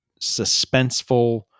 suspenseful